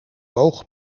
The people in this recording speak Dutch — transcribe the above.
boog